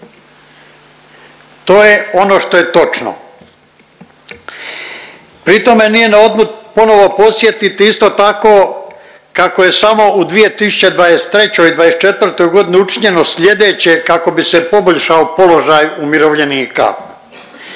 To je ono što je točno. Pri tome nije na odmet ponovo podsjetiti isto tako kako je samo u 2023. i '24.g. godini učinjeno sljedeće kako bi se poboljšao položaj umirovljenika,